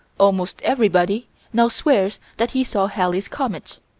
almost everybody now swears that he saw halley's comet,